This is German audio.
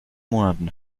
monaten